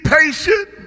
patient